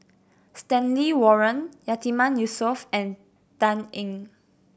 Stanley Warren Yatiman Yusof and Dan Ying